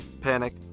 panic